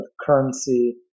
currency